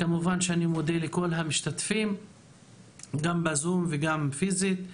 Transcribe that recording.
כמובן שאני מודה לכל המשתתפים גם בזום וגם פיזית,